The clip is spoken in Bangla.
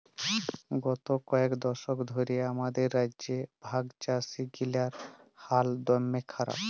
গত কয়েক দশক ধ্যরে আমাদের রাজ্যে ভাগচাষীগিলার হাল দম্যে খারাপ